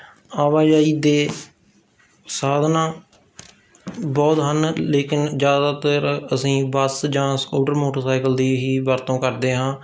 ਆਵਾਜਾਈ ਦੇ ਸਾਧਨ ਬਹੁਤ ਹਨ ਲੇਕਿਨ ਜ਼ਿਆਦਾਤਰ ਅਸੀਂ ਬੱਸ ਜਾਂ ਸਕੂਟਰ ਮੋਟਰਸਾਈਕਲ ਦੀ ਹੀ ਵਰਤੋਂ ਕਰਦੇ ਹਾਂ